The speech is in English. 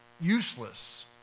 useless